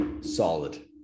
Solid